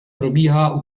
probíhá